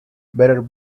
better